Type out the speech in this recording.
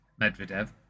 Medvedev